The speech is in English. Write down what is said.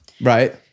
right